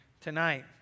tonight